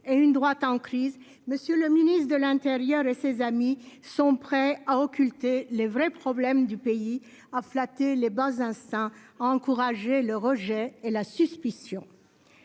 et une droite en crise. Monsieur le ministre de l'Intérieur et ses amis sont prêts à occulter les vrais problèmes du pays à flatter les bas instincts encourager le rejet et la suspicion.